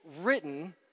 written